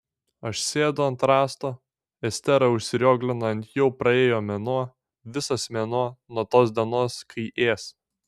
aš sėdu ant rąsto estera užsirioglina ant jau praėjo mėnuo visas mėnuo nuo tos dienos kai ės